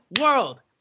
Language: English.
world